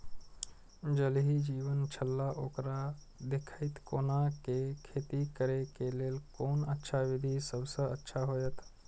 ज़ल ही जीवन छलाह ओकरा देखैत कोना के खेती करे के लेल कोन अच्छा विधि सबसँ अच्छा होयत?